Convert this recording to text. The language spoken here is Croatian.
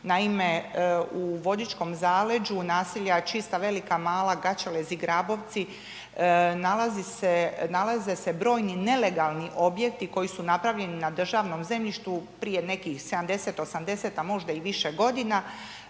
naime u vodičkom zaleđu, naselja Čista Velika, Mala, Gaćelezi, Grabovci nalazi se, nalaze se brojni nelegalni objekti koji su napravljeni na državnom zemljištu prije nekih 70, 80 a možda i više godina